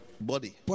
body